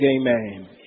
amen